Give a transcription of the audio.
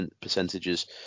percentages